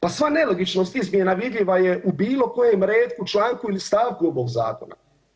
Pa sva nelogičnost izmjena vidljiva je u bilo kojem retku, članku ili stavku ovog zakona.